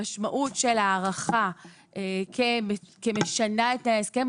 המשמעות של הארכה כמשנה את תנאי ההסכם,